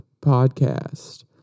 Podcast